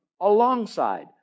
alongside